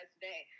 today